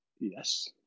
Yes